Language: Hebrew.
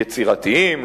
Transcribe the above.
יצירתיים,